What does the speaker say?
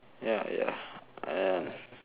ya ya and